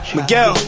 Miguel